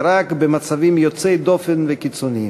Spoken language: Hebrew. ורק במצבים יוצאי דופן וקיצוניים.